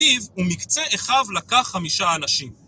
ומקצה אחד לקח חמישה אנשים